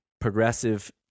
progressive